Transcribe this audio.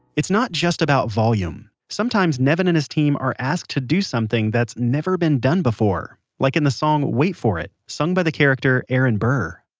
it's not just about volume. sometimes nevin and his team are asked to do something that's never been done before, like in the song wait for it sung by the character aaron burr